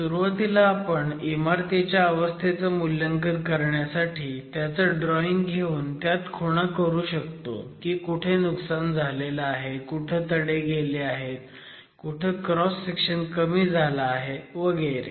तर सुरुवातीला आपण इमारतीच्या अवस्थेचं मूल्यांकन करण्यासाठी त्याचं ड्रॉईंग घेऊन त्यात खुणा करू शकतो की कुठे नुकसान झालं आहे कुठं तडे गेले आहेत कुठं क्रॉस सेक्शन कमी झाला आहे वगैरे